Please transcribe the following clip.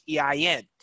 EIN